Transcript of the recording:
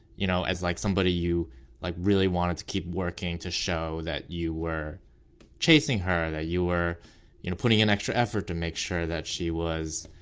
you know, as like somebody you like really wanted to keep working to show that you were chasing her, that you were you know putting in extra effort to make sure that she was,